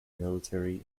military